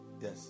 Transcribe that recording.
yes